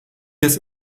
has